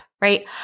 right